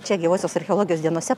čia gyvosios archeologijos dienose